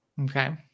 Okay